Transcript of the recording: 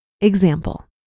Example